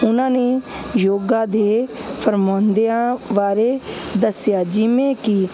ਉਹਨਾਂ ਨੇ ਯੋਗਾ ਦੇ ਫਰਮਾਉਂਦਿਆਂ ਬਾਰੇ ਦੱਸਿਆ ਜਿਵੇਂ ਕਿ